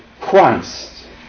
Christ